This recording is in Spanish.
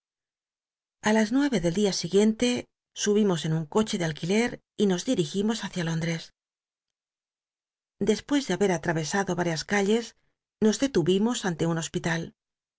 a las nueve del dia iguicnte subimos en un coche de alquiler y nos dirigimos hacia lóndrcs despues de haber atrasado varias calles nn biblioteca nacional de españa da vid copperfield detuvimos ante un jospilal